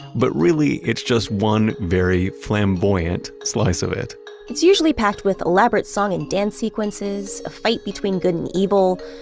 but really it's just one very flamboyant slice of it it's usually packed with elaborate song and dance sequences, a fight between good and evil,